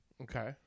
Okay